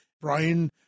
Brian